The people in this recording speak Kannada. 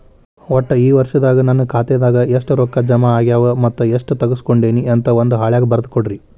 ಒಟ್ಟ ಈ ವರ್ಷದಾಗ ನನ್ನ ಖಾತೆದಾಗ ಎಷ್ಟ ರೊಕ್ಕ ಜಮಾ ಆಗ್ಯಾವ ಮತ್ತ ಎಷ್ಟ ತಗಸ್ಕೊಂಡೇನಿ ಅಂತ ಒಂದ್ ಹಾಳ್ಯಾಗ ಬರದ ಕೊಡ್ರಿ